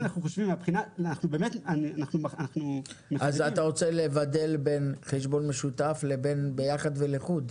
אתה רוצה לבדל בין חשבון משותף לבין ביחד ולחוד?